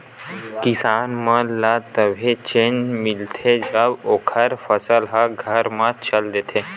किसान मन ल तभे चेन मिलथे जब ओखर फसल ह घर म चल देथे